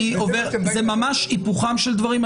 זה ממש היפוכם של דברים.